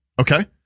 Okay